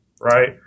right